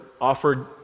offered